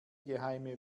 geheime